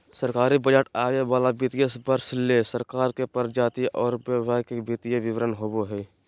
सरकारी बजट आवे वाला वित्तीय वर्ष ले सरकार के प्राप्ति आर व्यय के वित्तीय विवरण होबो हय